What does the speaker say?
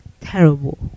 terrible